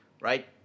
Right